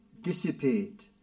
dissipate